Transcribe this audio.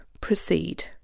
proceed